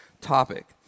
topic